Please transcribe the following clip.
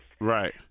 Right